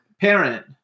Parent